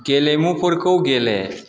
गेलेमुफोरखौ गेले